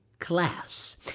class